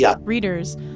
readers